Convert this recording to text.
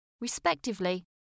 respectively